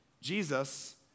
Jesus